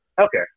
Okay